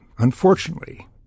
Unfortunately